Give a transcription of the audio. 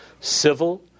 Civil